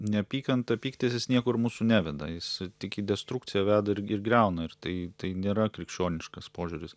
neapykanta pyktis jis niekur mūsų neveda jis tik į destrukciją veda ir ir griauna ir tai nėra krikščioniškas požiūris